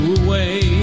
away